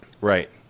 Right